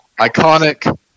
iconic